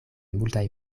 multaj